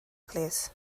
plîs